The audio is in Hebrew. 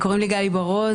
הדיווח.